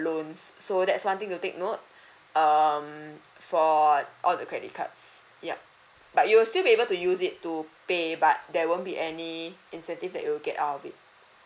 loans so that is one thing to take note um for all the credit cards yup but you will still be able to use it to pay but there won't be any incentive that you will get out of it